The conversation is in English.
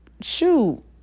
shoot